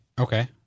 Okay